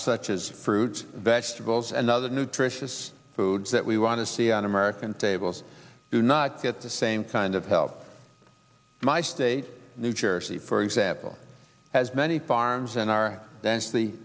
such as fruits vegetables and other nutritious foods that we want to see on american tables do not get the same kind of help my state new jersey for example has many farms and